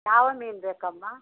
ಯಾವ ಮೀನು ಬೇಕಮ್ಮ